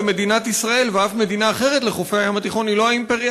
גם מדינת ישראל ואף מדינה אחרת לחופי הים התיכון היא לא האימפריה